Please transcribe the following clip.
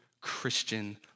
Christian